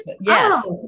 Yes